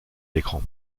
l’écran